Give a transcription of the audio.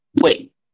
wait